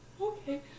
Okay